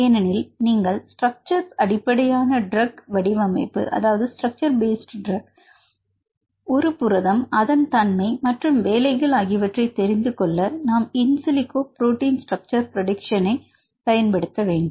ஏனெனில் நீங்கள் ஸ்டிரக்சரஸ் அடிப்படையிலான ட்ரக் வடிவமைப்பு அல்லது ஒரு புரதம் அதன் தன்மை மற்றும் வேலைகள் ஆகியவற்றை தெரிந்து கொள்ள நாம் இன்சிலிகோ புரோட்டின் ஸ்ட்ரக்சர் பிரடிக்சன் ஐ ஐ பயன் படுத்த வேண்டும்